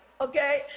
okay